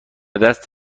دست